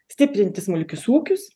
stiprinti smulkius ūkius